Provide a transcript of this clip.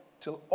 till